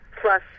plus